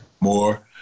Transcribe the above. more